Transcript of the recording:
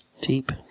Deep